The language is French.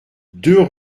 deux